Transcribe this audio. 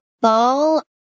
ball